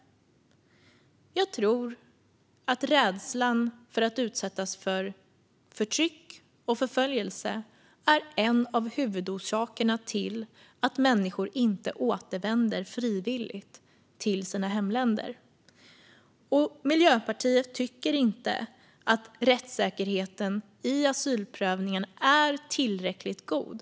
Jag tror att rädslan för att utsättas för förtryck och förföljelse är en av huvudorsakerna till att människor inte återvänder frivilligt till sina hemländer. Miljöpartiet tycker inte att rättssäkerheten i asylprövningen är tillräckligt god.